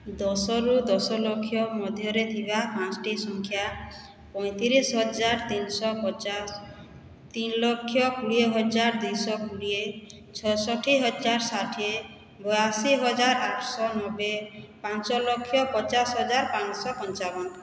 ଦଶ ରୁ ଦଶଲକ୍ଷ ମଧ୍ୟରେ ଥିବା ପାଞ୍ଚଟି ସଂଖ୍ୟା ପଇଁତିରିଶହଜାର ତିନିଶହପଚାଶ ତିନିଲକ୍ଷ କୋଡ଼ିଏହଜାର ଦୁଇଶହକୋଡ଼ିଏ ଛଅଷଠିହଜାର ଷାଠିଏ ବୟାଅଶୀହଜାର ଆଠଶହନବେ ପାଞ୍ଚଲକ୍ଷ ପଚାଶହଜାର ପାଞ୍ଚଶହପଞ୍ଚାବନ